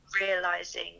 realizing